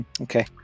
Okay